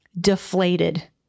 deflated